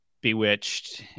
Bewitched